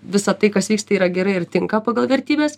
visa tai kas vyksta yra gerai ir tinka pagal vertybes